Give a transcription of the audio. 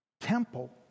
temple